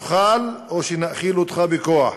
תאכל או שנאכיל אותך בכוח.